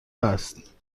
است